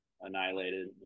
annihilated